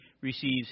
receives